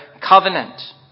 Covenant